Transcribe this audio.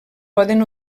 poden